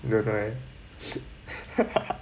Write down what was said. you are correct